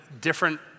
different